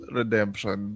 redemption